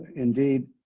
indeed,